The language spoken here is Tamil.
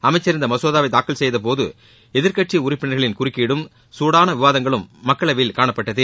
அமைச்சர் இந்த மசோதாவை தாக்கல் செய்த போது எதிர்க்கட்சி உறுப்பினர்களின் குறக்கீடும் சூடான விவாதங்களும் மக்களவையில் காணப்பட்டது